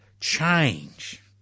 change